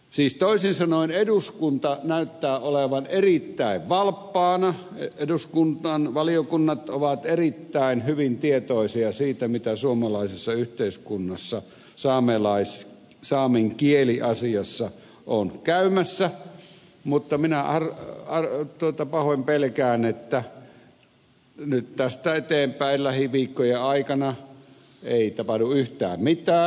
siis toisin sanoen eduskunta näyttää olevan erittäin valppaana eduskunnan valiokunnat ovat erittäin hyvin tietoisia siitä miten suomalaisessa yhteiskunnassa saamen kieliasiassa on käymässä mutta minä pahoin pelkään että nyt tästä eteenpäin lähiviikkojen aikana ei tapahdu yhtään mitään